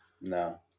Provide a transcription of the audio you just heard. No